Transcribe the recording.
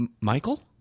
Michael